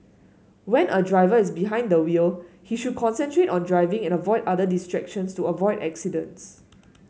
when a driver is behind the wheel he should concentrate on driving and avoid other distractions to avoid accidents